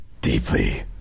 deeply